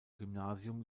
gymnasium